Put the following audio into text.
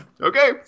Okay